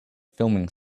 filming